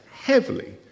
Heavily